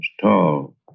tall